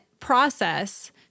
process